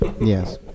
Yes